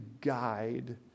guide